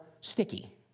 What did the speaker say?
sticky